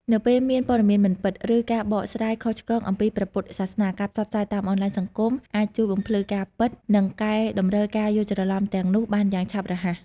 នៅពេលមានព័ត៌មានមិនពិត ឬការបកស្រាយខុសឆ្គងអំពីព្រះពុទ្ធសាសនា ការផ្សព្វផ្សាយតាមបណ្តាញសង្គមអាចជួយបំភ្លឺការពិត និងកែតម្រូវការយល់ច្រឡំទាំងនោះបានយ៉ាងឆាប់រហ័ស។